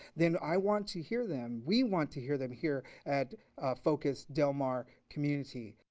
then i want to hear them. we want to hear them here at focus del mar community.